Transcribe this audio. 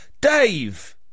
Dave